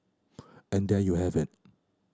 and there you have it